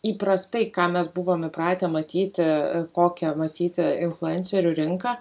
įprastai ką mes buvom įpratę matyti kokią matyti influencerių rinką